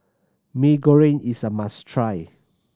Mee Goreng is a must try